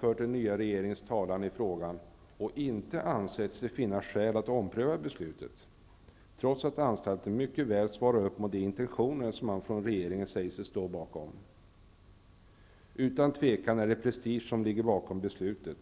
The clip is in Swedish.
fört den nya regeringens talan i frågan och inte ansett sig finna skäl att ompröva beslutet, trots att anstalten mycket väl svarar upp mot de intentioner som man från regeringen säger sig stå bakom. Utan tvivel är det prestige som ligger bakom beslutet.